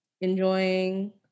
enjoying